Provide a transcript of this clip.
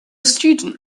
student